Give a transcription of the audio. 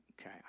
okay